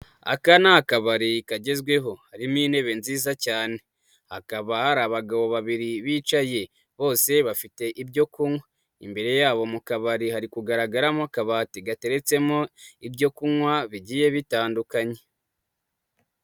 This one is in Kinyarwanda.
Aka ni akabari kagezweho, harimo intebe nziza cyane, hakaba hari abagabo babiri bicaye, bose bafite ibyo kunywa, imbere yabo mu kabari hari kugaragaramo akabati gateretsemo ibyo kunywa bigiye bitandukanye.